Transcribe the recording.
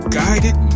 guided